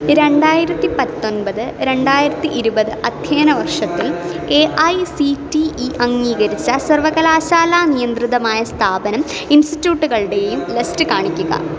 രണ്ടായിരത്തി പത്തൊൻപത് രണ്ടായിരത്തി ഇരുപത് അധ്യയന വർഷത്തിൽ A I C T E അംഗീകരിച്ച സർവകലാശാലാ നിയന്ത്രിതമായ സ്ഥാപനം ഇൻസ്റ്റിട്യൂട്ടുകളുടെയും ലിസ്റ്റ് കാണിക്കുക